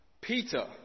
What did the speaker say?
Peter